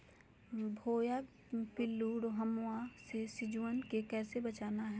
भुवा पिल्लु, रोमहवा से सिजुवन के कैसे बचाना है?